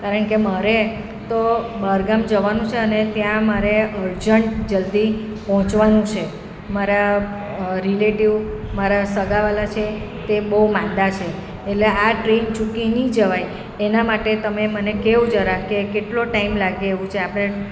કારણ કે મારે તો બહારગામ જવાનું છે અને ત્યાં મારે અર્જન્ટ જલ્દી પહોંચવાનું છે મારા રિલેટિવ મારા સગાવ્હાલા છે તે બહુ માંદા છે એટલે આ ટ્રેન ચૂકી નહીં જવાય એના માટે તમે મને કહો જરાક કે કેટલો ટાઈમ લાગે એવું છે આપણે